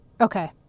Okay